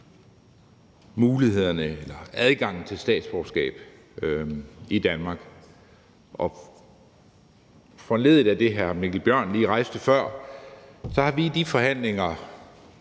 mulighederne for eller adgangen til statsborgerskab i Danmark, og foranlediget af det, hr. Mikkel Bjørn lige rejste før, vil jeg sige, at vi i de forhandlinger